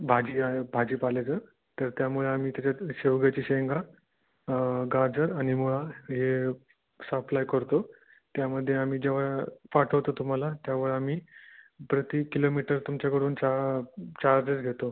भाजी आहे भाजीपाल्याचं तर त्यामुळे आम्ही त्याच्यात शेवग्याच्या शेंगा गाजर आणि मुळा हे सप्लाय करतो त्यामध्ये आम्ही जेव्हा पाठवतो तुम्हाला त्यावेळी आम्ही प्रति किलोमीटर तुमच्याकडून चा चार्जेस घेतो